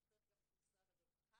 אם צריך גם את משרד הרווחה,